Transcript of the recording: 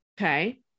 Okay